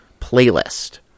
playlist